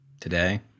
Today